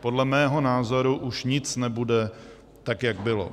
Podle mého názoru už nic nebude tak, jak bylo